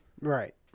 Right